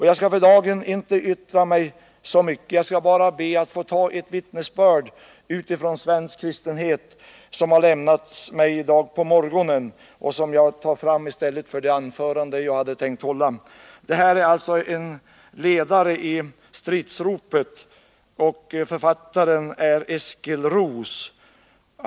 Jag skall för dagen inte säga så mycket. Jag vill bara ge några vittnesbörd från svensk kristenhet som jag har fått i dag på morgonen och som jag tar fram i stället för det anförande som jag hade tänkt att hålla. Det gäller en ledare i Stridsropet. Författaren heter Eskil Roos.